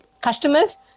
customers